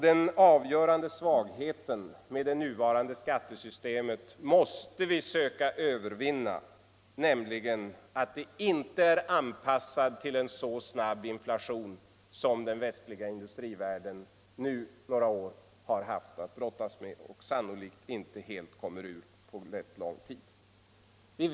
Den avgörande svagheten med det nuvarande skattesystemet — nämligen att det inte är anpassat till en så snabb inflation som den västliga industrivärlden nu i några år har haft att brottas med och sannolikt inte helt kommer ur på väldigt lång tid — måste vi söka övervinna.